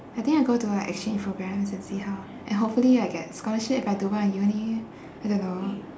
I think I go to like exchange programs and see how and hopefully I get scholarship if I do well in uni I don't know